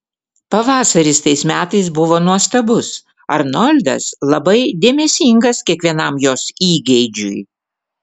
pavasaris tais metais buvo nuostabus arnoldas labai dėmesingas kiekvienam jos įgeidžiui